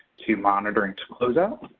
to monitoring, to close out.